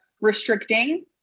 restricting